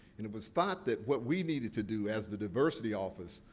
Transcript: and, it was thought that what we needed to do as the diversity office,